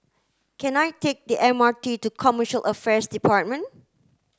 can I take the M R T to Commercial Affairs Department